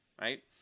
right